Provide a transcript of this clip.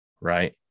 Right